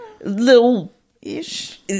little-ish